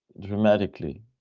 dramatically